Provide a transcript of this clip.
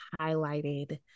highlighted